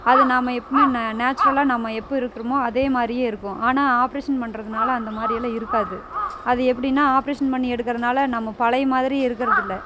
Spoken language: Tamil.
அது நாம எப்போதுமே நேச்சுரல்லாக நம்ம எப்போ இருக்குறோமோ அதே மாதிரியே இருக்கும் ஆனால் ஆபரேஷன் பண்றதுனால் அந்தமாதிரியெல்லா இருக்காது அது எப்படினா ஆபரேஷன் பண்ணி எடுக்குறதுனால் நம்ம பழைய மாதிரியே இருக்குறதில்லை